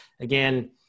Again